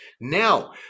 Now